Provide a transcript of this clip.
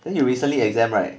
then you recently exam right